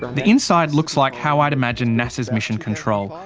the inside looks like how i'd imagine nasa's mission control.